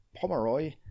Pomeroy